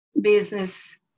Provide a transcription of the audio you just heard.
business